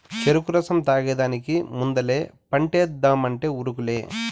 చెరుకు రసం తాగేదానికి ముందలే పంటేద్దామంటే ఉరుకులే